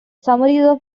summaries